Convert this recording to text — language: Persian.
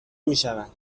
میشوند